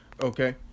okay